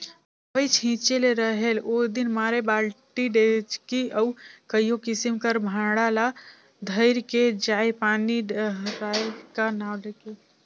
दवई छिंचे ले रहेल ओदिन मारे बालटी, डेचकी अउ कइयो किसिम कर भांड़ा ल धइर के जाएं पानी डहराए का नांव ले के